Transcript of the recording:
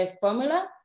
formula